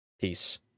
Peace